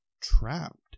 trapped